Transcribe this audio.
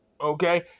okay